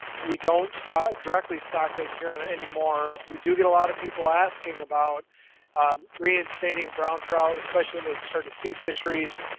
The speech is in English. we don't directly stock lake huron anymore. we do get a lot of people asking about reinstating brown trout, especially when they start to see fisheries.